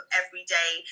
everyday